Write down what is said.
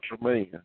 man